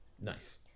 nice